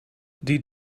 die